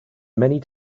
many